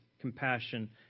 compassion